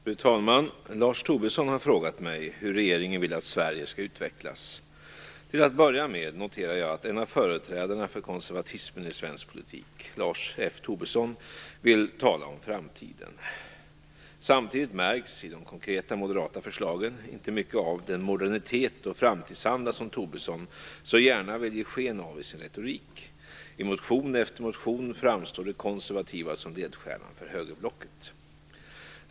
Fru talman! Lars Tobisson har frågat mig hur regeringen vill att Sverige skall utvecklas. Till att börja med noterar jag att en av företrädarna för konservatismen i svensk politik, Lars F. Tobisson, vill tala om framtiden. Samtidigt märks, i de konkreta moderata förslagen, inte mycket av den modernitet och framtidsanda som Tobisson så gärna vill ge sken av i sin retorik. I motion efter motion framstår det konservativa som ledstjärna för högerblocket.